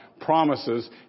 promises